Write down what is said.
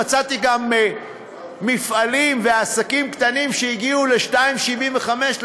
מצאתי גם מפעלים ועסקים קטנים שהגיעו ל-2.75%,